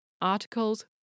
articles